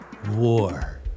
war